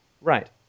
Right